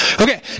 Okay